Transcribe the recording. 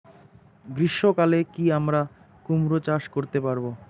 গ্রীষ্ম কালে কি আমরা কুমরো চাষ করতে পারবো?